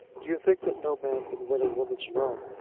do you think that no man can win a woman's love,